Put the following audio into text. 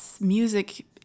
music